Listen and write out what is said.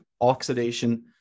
oxidation